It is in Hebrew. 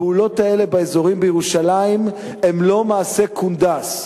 הפעולות האלה באזורים בירושלים הן לא מעשי קונדס,